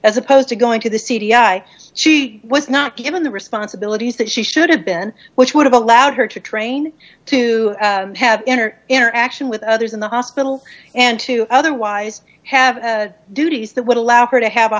as opposed to going to the c d i she was not given the responsibilities that she should have been which would have allowed her to train to have in her interaction with others in the hospital and to otherwise have duties that would allow her to have a